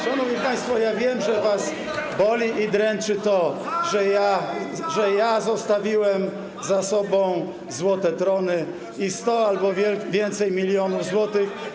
Szanowni państwo, ja wiem, że was boli i dręczy to, że ja zostawiłem za sobą złote trony i 100 albo więcej milionów złotych.